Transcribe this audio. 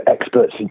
experts